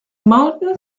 mountain